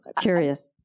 curious